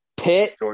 Pitt